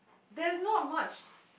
there's not much